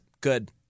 good